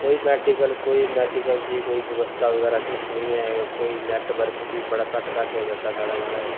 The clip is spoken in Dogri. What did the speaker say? कोई मेडिकल कोई मेडिकल दी कोई व्यावस्था बगैरा किश नेईं ऐ कोई नेटवर्क बी बड़ा घट्ट घट्ट गै चलदा ऐ साढ़ै महाराज